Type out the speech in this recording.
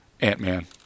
Ant-Man